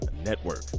Network